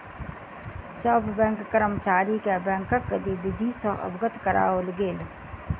सभ बैंक कर्मचारी के बैंकक गतिविधि सॅ अवगत कराओल गेल